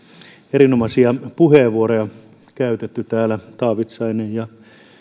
erinomaisia puheenvuoroja käytetty täällä taavitsainen ja